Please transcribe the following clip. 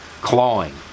clawing